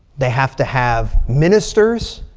they have to have ministers.